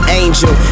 angel